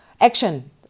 action